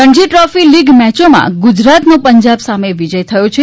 Ranji Trophy league મેચોમાં ગુજરાતનો પંજાબ સામે વિજય થયો છે